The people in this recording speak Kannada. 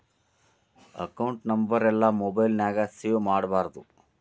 ಅಕೌಂಟ್ ನಂಬರೆಲ್ಲಾ ಮೊಬೈಲ್ ನ್ಯಾಗ ಸೇವ್ ಮಾಡ್ಕೊಬಾರ್ದು